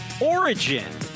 origin